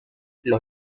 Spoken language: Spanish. los